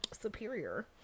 superior